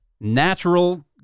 natural